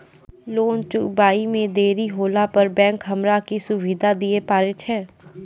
Loan चुकब इ मे देरी होला पर बैंक हमरा की सुविधा दिये पारे छै?